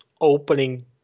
opening